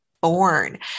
born